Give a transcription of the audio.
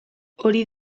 hori